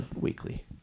weekly